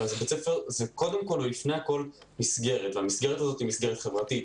בית ספר זה קודם כל ולפני כל מסגרת והמסגרת הזאת היא מסגרת חברתית,